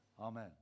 Amen